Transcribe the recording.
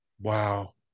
Wow